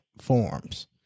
forms